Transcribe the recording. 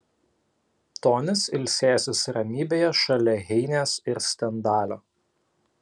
tonis ilsėsis ramybėje šalia heinės ir stendalio